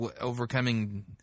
overcoming